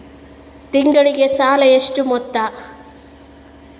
ತಿಂಗಳಿಗೆ ಸಾಲ ಎಷ್ಟು ಮೊತ್ತ?